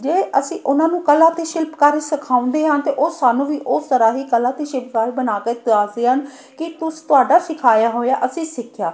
ਜੇ ਅਸੀਂ ਉਹਨਾਂ ਨੂੰ ਕਲਾ ਅਤੇ ਸ਼ਿਲਪਕਾਰੀ ਸਿਖਾਉਂਦੇ ਹਾਂ ਤਾਂ ਉਹ ਸਾਨੂੰ ਵੀ ਉਸ ਤਰ੍ਹਾਂ ਹੀ ਕਲਾ ਅਤੇ ਸ਼ਿਲਪਕਾਰ ਬਣਾ ਕੇ ਦੱਸਦੇ ਹਨ ਕਿ ਤੁਸ ਤੁਹਾਡਾ ਸਿਖਾਇਆ ਹੋਇਆ ਅਸੀਂ ਸਿੱਖਿਆ